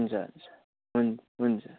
हुन्छ हुन्छ